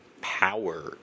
Power